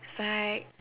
it's like